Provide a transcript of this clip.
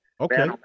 Okay